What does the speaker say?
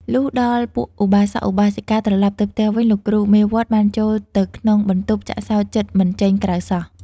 លុះដល់ពួកឧបាសកឧបាសិកាត្រឡប់ទៅផ្ទះវិញ លោកគ្រូមេវត្តបានចូលទៅក្នុងបន្ទប់ចាក់សោជិតមិនចេញក្រៅសោះ។